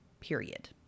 period